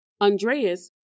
Andreas